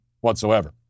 whatsoever